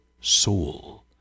soul